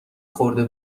خورده